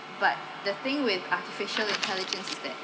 but the thing with artificial intelligence is that